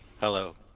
Hello